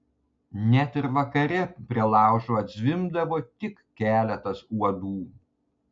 net ir vakare prie laužo atzvimbdavo tik keletas uodų